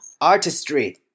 artistry